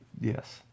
Yes